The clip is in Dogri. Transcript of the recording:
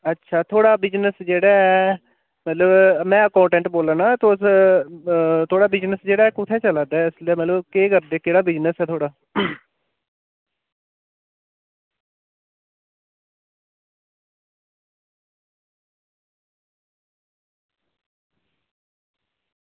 अच्छा थुआढ़ा बिजनेस जेह्ड़ा ऐ मतलब में अकाउंटेंट बोला ना तुस थुआढ़ा बिजनेस जेह्ड़ा ऐ कुत्थें चला दा इसलै मतलब केह् करदे केह्ड़ा बिजनेस ऐ थुआढ़ा